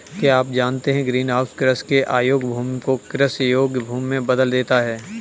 क्या आप जानते है ग्रीनहाउस कृषि के अयोग्य भूमि को कृषि योग्य भूमि में बदल देता है?